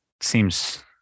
seems